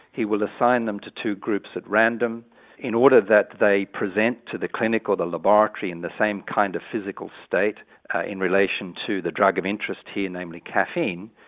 he will assign them to two groups at random in order that they present to the clinic or the laboratory in the same kind of physical state in relation to the drug of interest here, and namely caffeine.